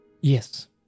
Yes